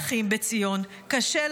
--- ואכן, אחים בציון, לנו קשה,